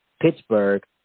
Pittsburgh